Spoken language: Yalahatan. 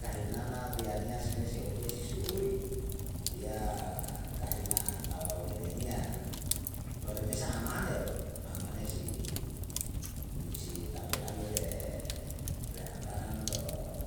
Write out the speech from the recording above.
Kahinana bianiya si me si opesi ya kahina tawawene niya loremesa amane amane si si tanggulangi re re anggaran lo'o